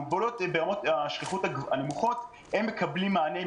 המוגבלויות ברמות השכיחות הנמוכות מקבלות מענה,